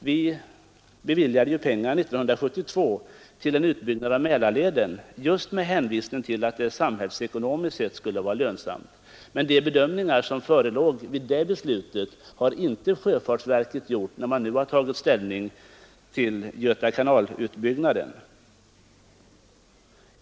Vi beviljade ju pengar 1972 till en utbyggnad av Mälarleden just med hänvisning till att det samhällsekonomiskt sett skulle vara lönsamt, men de bedömningar som förelåg vid det beslutets fattande har inte sjöfartsverket gjort nu, när man har tagit ställning till utbyggnaden av Göta kanal.